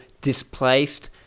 displaced